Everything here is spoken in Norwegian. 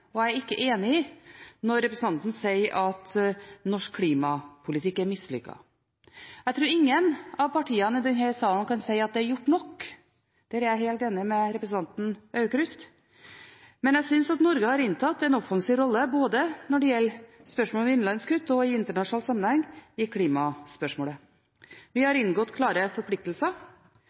og jeg er ikke enig – når representanten sier at norsk klimapolitikk er mislykket. Jeg tror ingen av partiene i denne salen kan si at det er gjort nok – der er jeg helt enig med representanten Grøver Aukrust – men jeg synes at Norge har inntatt en offensiv rolle når det gjelder både spørsmålet om innenlandskutt og i internasjonal sammenheng i klimaspørsmålet. Vi har inngått klare forpliktelser,